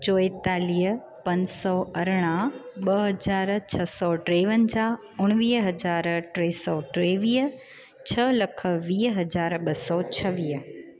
चोएतालीह पंज सौ अरणा ॿ हज़ार छह सौ टेवंजाह उणिवीह हज़ार ट्रे सौ ट्रेवीअ छह लख वीह हज़ार ॿ सौ छवीह